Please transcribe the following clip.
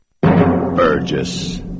Burgess